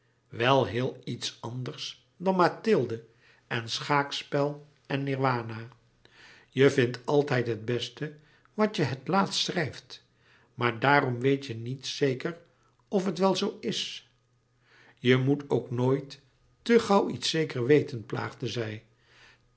wel heel iets anders dan mathilde en schaakspel en nirwana je vindt altijd het beste wat je het laatste schrijft maar daarom weet je niet zéker of het wel zoo is je moet ook nooit te gauw iets zeker louis couperus metamorfoze weten plaagde zij